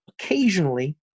occasionally